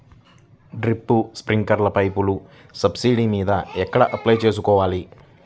Drip, స్ప్రింకర్లు పైపులు subsidy మీద ఎక్కడ అప్లై చేసుకోవాలి?